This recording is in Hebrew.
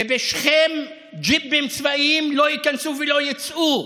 ובשכם ג'יפים צבאיים לא ייכנסו ולא יצאו,